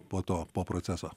po to po proceso